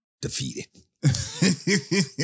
defeated